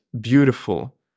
Beautiful